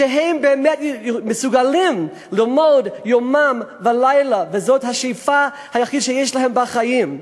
שבאמת מסוגלים ללמוד יומם ולילה וזאת השאיפה היחידה שיש להם בחיים.